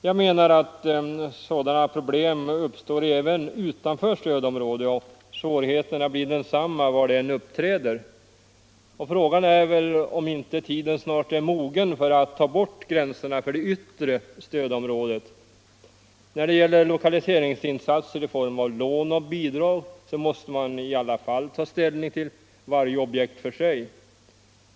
Jag menar att sådana problem uppstår även utanför stödområdet, och svårigheterna blir desamma var de än uppträder. Frågan är väl om inte tiden snart är mogen att ta bort gränserna för det yttre stödområdet. När det gäller lokaliseringsinsatser i form av lån och bidrag måste man i alla fall ta ställning till varje objekt för sig.